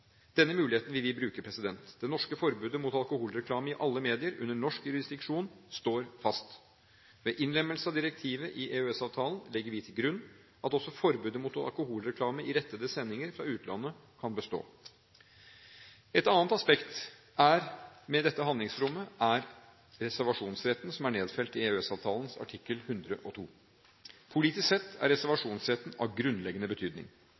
Denne muligheten vil vi bruke. Det norske forbudet mot alkoholreklame i alle medier under norsk jurisdiksjon står fast. Ved innlemmelse av direktivet i EØS-avtalen legger vi til grunn at også forbudet mot alkoholreklame i rettede sendinger fra utlandet kan bestå. Et annet aspekt ved dette handlingsrommet er reservasjonsretten, som er nedfelt i EØS-avtalens artikkel 102. Politisk sett er reservasjonsretten av grunnleggende betydning.